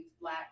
Black